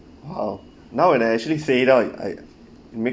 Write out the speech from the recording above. !wow! now when I actually fade out I mean